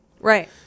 Right